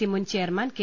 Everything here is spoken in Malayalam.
സി മുൻ ചെയർമാൻ കെ